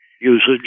usage